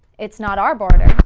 it's not our border.